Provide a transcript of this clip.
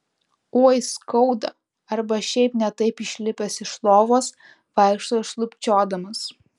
oi skauda arba šiaip ne taip išlipęs iš lovos vaikšto šlubčiodamas